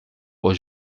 aux